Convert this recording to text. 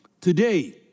Today